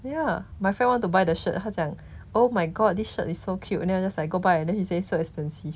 ya my friend want to buy the shirt 她讲 oh my god this shirt is so cute then 我 just like go buy and then she say so expensive